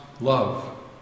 love